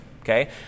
okay